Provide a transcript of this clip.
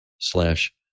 slash